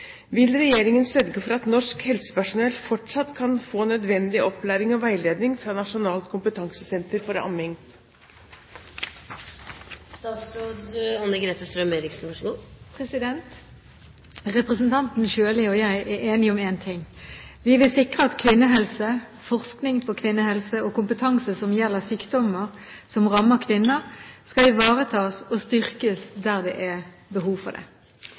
Vil regjeringen sørge for at norsk helsepersonell fortsatt kan få nødvendig opplæring og veiledning fra Nasjonalt kompetansesenter for amming?» Representanten Sjøli og jeg er enige om én ting: Vi vil sikre at kvinnehelse, forskning på kvinnehelse og kompetanse som gjelder sykdommer som rammer kvinner,